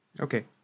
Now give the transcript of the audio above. Okay